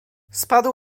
spadł